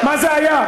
מה זה היה?